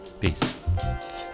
Peace